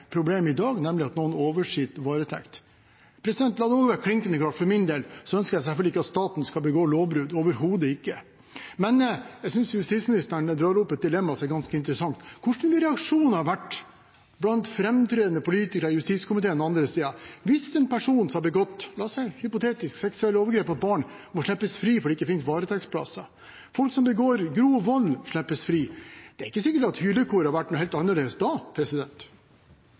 i dag, nemlig at noen oversitter varetekt. La det være klinkende klart: For min del ønsker jeg selvfølgelig ikke at staten skal begå lovbrudd – overhodet ikke. Men jeg synes justisministeren drar opp et dilemma som er ganske interessant: Hvordan hadde reaksjonen vært blant framtredende politikere i justiskomiteen og andre steder hvis en person som – la oss si, hypotetisk – hadde begått seksuelle overgrep mot barn, måtte slippes fri fordi det ikke fantes varetektsplasser, og folk som hadde begått grov vold, ble sluppet fri? Det er ikke sikkert hylekoret hadde vært noe annerledes da.